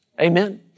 Amen